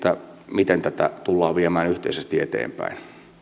miten tätä tullaan viemään yhteisesti eteenpäin on